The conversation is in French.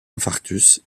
infarctus